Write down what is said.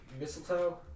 mistletoe